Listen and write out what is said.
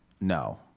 no